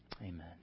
Amen